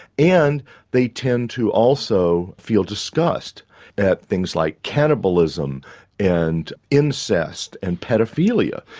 and they tend to also feel disgust at things like cannibalism and incest and paedophilia.